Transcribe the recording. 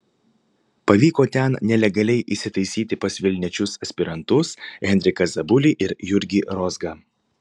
pavyko ten nelegaliai įsitaisyti pas vilniečius aspirantus henriką zabulį ir jurgį rozgą